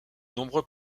nombreux